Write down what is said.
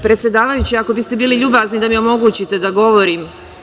Predsedavajući, ako biste bili ljubazni da mi omogućite da govorim.